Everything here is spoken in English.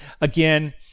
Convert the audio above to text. again